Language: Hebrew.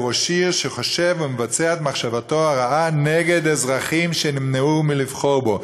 הוא ראש עיר שחושב או מבצע את מחשבתו הרעה נגד אזרחים שנמנעו מלבחור בו.